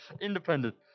Independent